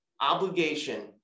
obligation